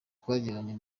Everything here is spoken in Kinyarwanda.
twagiranye